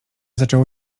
zaczęło